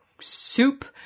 soup